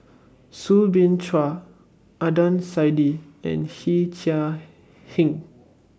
Soo Bin Chua Adnan Saidi and Yee Chia Hsing